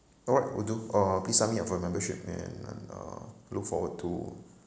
alright will do uh please sign me up for a membership and uh look forward to